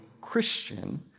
Christian